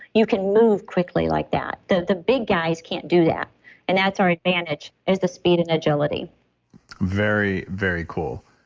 you can move quickly like that. the the big guys can't do that and that's our advantage is the speed and agility very, very cool.